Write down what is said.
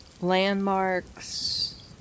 landmarks